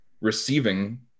receiving